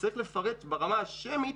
צריך לפרט ברמה השמית